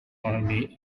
army